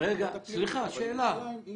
היא